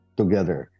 together